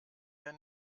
der